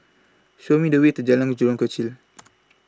Show Me The Way to Jalan Jurong Kechil